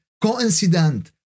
coincident